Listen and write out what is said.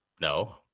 no